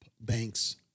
banks